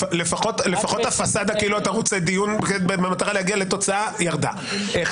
לפחות הפסאדה כאילו אתה רוצה דיון במטרה להגיע לתוצאה ירדה.